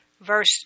verse